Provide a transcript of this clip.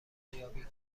ارزیابی